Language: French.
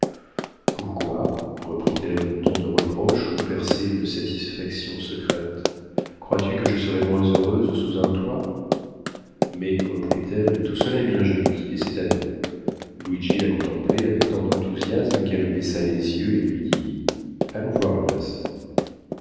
pourquoi reprit-elle d'un ton de reproche où perçait une satisfaction secrète crois-tu que je serais moins heureuse sous un toit mais reprit-elle tout cela est bien joli et c'est à nous luigi la contemplait avec tant d'enthousiasme qu'elle baissa les yeux et lui dit allons voir le reste